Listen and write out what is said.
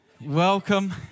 Welcome